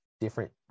different